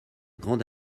grande